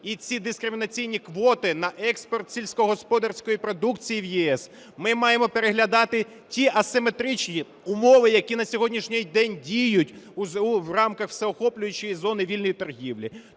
і ці дискримінаційні квоти на експорт сільськогосподарської продукції в ЄС. Ми маємо переглядати ті асиметричні умови, які на сьогоднішній день діють в рамках всеохоплюючої зони вільної торгівлі.